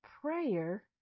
prayer